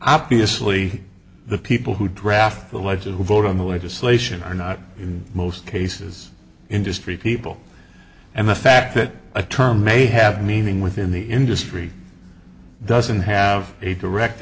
obviously the people who draft the ledger who vote on the legislation are not in most cases industry people and the fact that a term may have meaning within the industry doesn't have a direct